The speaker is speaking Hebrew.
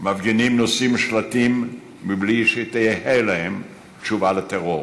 מפגינים נושאים שלטים בלי שתהא להם תשובה לטרור,